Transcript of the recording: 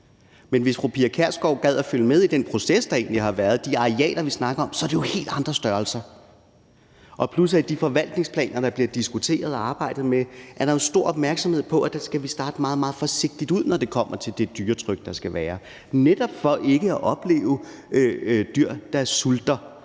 Men hvis fru Pia Kjærsgaard gad følge med i den proces, der egentlig har været, og de arealer, vi snakker om, er det jo helt andre størrelser – plus, at i de forvaltningsplaner, der bliver diskuteret og arbejdet med, er der stor opmærksomhed på, at vi skal starte meget, meget forsigtigt ud, når det kommer til det dyretryk, der skal være, netop for ikke at opleve dyr, der sulter.